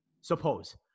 suppose